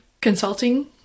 consulting